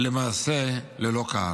למעשה, ללא קהל.